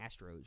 Astros